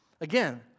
Again